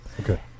Okay